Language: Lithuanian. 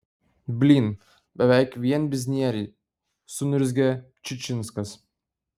blyn beveik vien biznieriai suniurzgė čičinskas